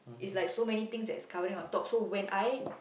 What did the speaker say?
is like so many things that's covering on top so when I